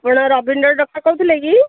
ଆପଣ ରବୀନ୍ଦ୍ର ଡ଼କ୍ଟର୍ କହୁଥିଲେ କି